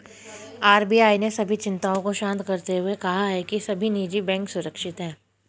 RBI ने सभी चिंताओं को शांत करते हुए कहा है कि सभी निजी बैंक सुरक्षित हैं